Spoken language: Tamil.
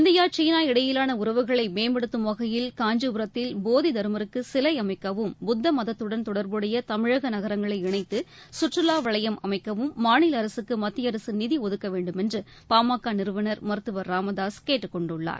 இந்தியா சீனா இடையிவான உறவுகளை மேம்படுத்தும் வகையில் காஞ்சிபுரத்தில் போதி தர்மருக்கு சிலை அமைக்கவும் புத்த மதத்துடன் தொடர்புடைய தமிழக நகரங்களை இணைத்து சுற்றுலா வளையம் அமைக்கவும் மாநில அரசுக்கு மத்திய அரசு நிதி ஒதுக்கவேண்டும் என்று பா ம க நிறுவனர் மருத்துவர் ச ராமதாசு கேட்டுக்கொண்டுள்ளார்